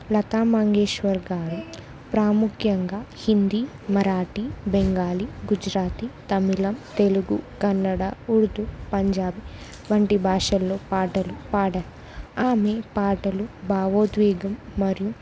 లతా మంగేశ్వర్ గారు ప్రాముఖ్యంగా హిందీ మరాఠీ బెంగాలీ గుజరాతి తమిళం తెలుగు కన్నడ ఉర్దూ పంజాబీ వంటి భాషల్లో పాటలు పాడారు ఆమె పాటలు భావోద్వేగం మరియు